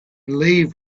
leave